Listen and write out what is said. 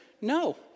no